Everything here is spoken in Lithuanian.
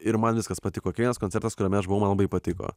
ir man viskas patiko kiekvienas koncertas kuriame aš buvau man labai patiko